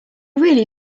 really